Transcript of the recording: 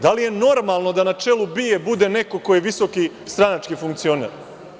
Da li je normalno da na čelu BIA bude neko ko je visoki stranački funkcioner?